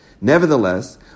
Nevertheless